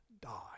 die